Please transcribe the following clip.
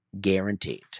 guaranteed